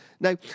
Now